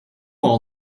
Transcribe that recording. all